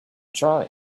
try